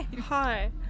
Hi